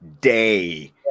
day